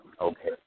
okay